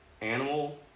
animal